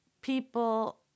people